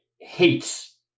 hates